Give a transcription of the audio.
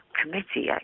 committee